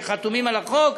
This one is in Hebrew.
שחתומים על החוק,